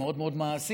זה מאוד מאוד מעשי,